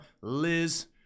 Liz